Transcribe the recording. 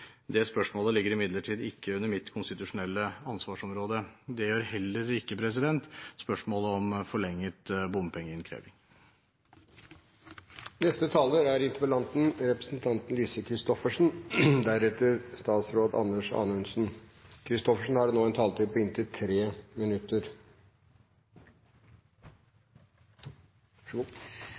Det spørsmålet ligger imidlertid ikke under mitt konstitusjonelle ansvarsområde. Det gjør heller ikke spørsmålet om forlenget bompengeinnkreving.